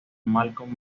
malcolm